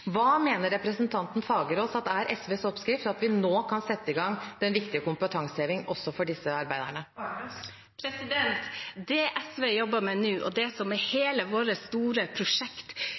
Hva mener representanten Fagerås er SVs oppskrift på at vi nå kan sette i gang en viktig kompetanseheving også for disse arbeiderne? Det SV jobber med nå, og som er hele vårt store prosjekt